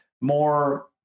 more